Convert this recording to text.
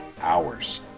hours